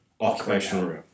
Occupational